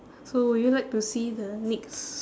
so would you like to see the next